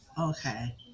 Okay